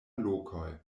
lokoj